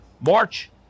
March